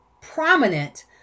prominent